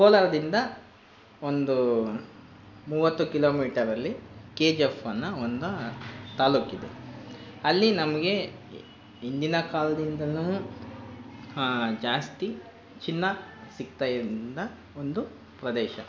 ಕೋಲಾರದಿಂದ ಒಂದು ಮೂವತ್ತು ಕಿಲೋಮೀಟರಲ್ಲಿ ಕೆ ಜಿ ಎಫ್ ಅನ್ನೊ ಒಂದು ತಾಲ್ಲೂಕಿದೆ ಅಲ್ಲಿ ನಮಗೆ ಹಿಂದಿನ ಕಾಲದಿಂದ ಜಾಸ್ತಿ ಚಿನ್ನ ಸಿಗ್ತಾಯಿಂದ ಒಂದು ಪ್ರದೇಶ